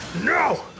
no